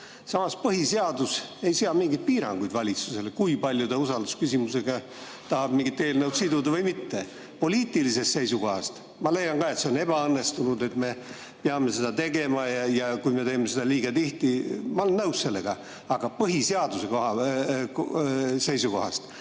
Samas põhiseadus ei sea mingeid piiranguid valitsusele, kui paljusid eelnõusid ta usaldusküsimusega tahab siduda. Poliitilisest seisukohast ma leian ka, et see on ebaõnnestunud, et me peame seda tegema ja kui me teeme seda liiga tihti – ma olen nõus sellega. Aga põhiseaduse seisukohast.